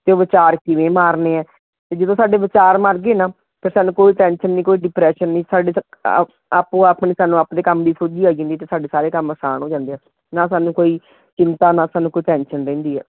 ਅਤੇ ਵਿਚਾਰ ਕਿਵੇਂ ਮਾਰਨੇ ਹੈ ਅਤੇ ਜਦੋਂ ਸਾਡੇ ਵਿਚਾਰ ਮਰ ਗਏ ਨਾ ਤਾਂ ਸਾਨੂੰ ਕੋਈ ਟੈਨਸ਼ਨ ਨਹੀਂ ਕੋਈ ਡਿਪ੍ਰੈਸ਼ਨ ਨਹੀਂ ਸਾਡੇ ਤੱਕ ਆਪ ਆਪੋ ਆਪਣੇ ਸਾਨੂੰ ਆਪਣੇ ਕੰਮ ਦੀ ਸੋਝੀ ਆਈ ਜਾਂਦੀ ਹੈ ਅਤੇ ਸਾਡੇ ਸਾਰੇ ਕੰਮ ਅਸਾਨ ਹੋ ਜਾਂਦੇ ਹੈ ਨਾ ਸਾਨੂੰ ਕੋਈ ਚਿੰਤਾ ਨਾ ਸਾਨੂੰ ਕੋਈ ਟੈਨਸ਼ਨ ਰਹਿੰਦੀ ਹੈ